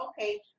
okay